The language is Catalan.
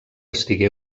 estigué